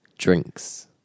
Drinks